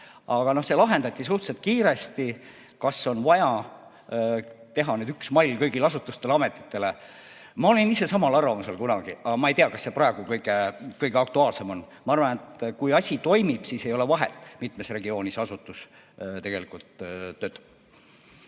Aga see lahendati suhteliselt kiiresti. Kas on vaja teha üks mall kõigile asutustele‑ametitele? Ma olin ise samal arvamusel kunagi, aga ma ei tea, kas see praegu kõige aktuaalsem [probleem] on. Ma arvan, et kui asi toimib, siis ei ole vahet, mitmes regioonis asutus tegelikult töötab.